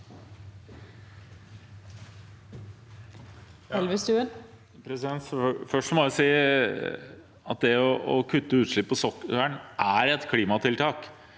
Først må jeg si at det å kutte utslipp på sokkelen er et klimatiltak